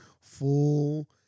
full